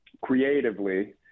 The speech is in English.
creatively